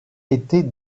était